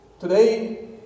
Today